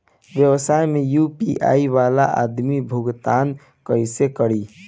व्यवसाय में यू.पी.आई वाला आदमी भुगतान कइसे करीं?